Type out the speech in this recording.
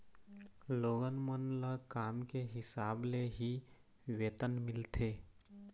लोगन मन ल काम के हिसाब ले ही वेतन मिलथे